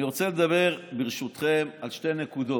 אני רוצה לדבר ברשותכם על שתי נקודות.